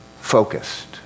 focused